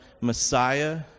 Messiah